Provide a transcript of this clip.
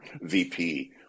VP